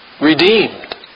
redeemed